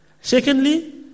Secondly